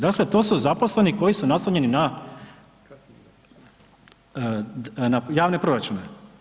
Dakle, to su zaposleni koji su naslonjeni na javne proračune.